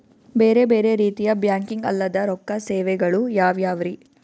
ಬೇರೆ ಬೇರೆ ರೀತಿಯ ಬ್ಯಾಂಕಿಂಗ್ ಅಲ್ಲದ ರೊಕ್ಕ ಸೇವೆಗಳು ಯಾವ್ಯಾವ್ರಿ?